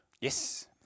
yes